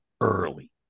early